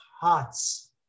hearts